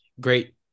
great